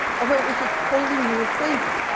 although it was a totally new equation.